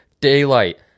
Daylight